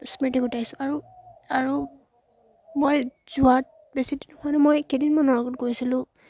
স্মৃতি গোটাইছোঁ আৰু আৰু মই যোৱা বেছি দিন হোৱা নাই কেইদিনমানৰ লগত গৈছিলোঁ